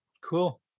Cool